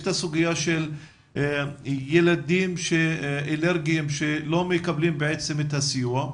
יש ילדים אלרגיים שלא מקבלים סיוע.